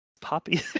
Poppy